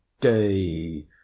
day